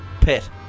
pet